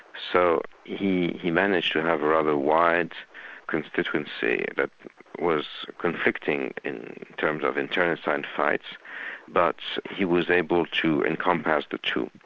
so he he managed to have a rather wide constituency that was conflicting in terms of internecine fights but he was able to encompass the two.